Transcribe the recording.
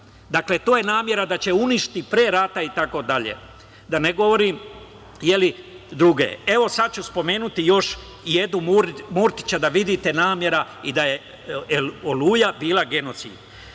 Dakle, to je namera, da će uništiti pre rata, itd. Da ne govorim druge. Evo sad ću spomenuti još i Edu Murtića, da vidite nameru i da je "Oluja" bila genocid.